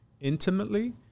intimately